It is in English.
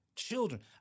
Children